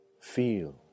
Feel